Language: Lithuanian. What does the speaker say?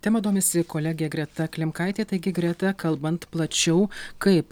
tema domisi kolegė greta klimkaitė taigi greta kalbant plačiau kaip